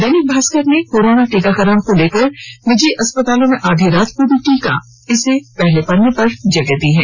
दैनिक भास्कर ने कोरोना टीकाकरण को लेकर निजी अस्पतालों में आधी रात को भी टीका खबर को पहले पन्ने पर जगह दी है